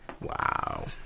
Wow